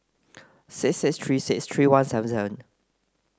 six six three six three one seven seven